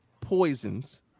poisons